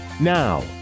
Now